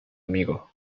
amigo